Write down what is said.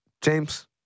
James